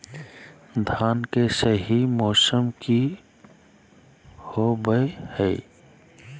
धान के सही मौसम की होवय हैय?